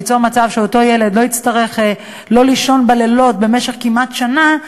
ליצור מצב שאותו ילד לא יצטרך לא לישון בלילות במשך כמעט שנה,